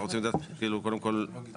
אנחנו רוצים לדעת קודם האם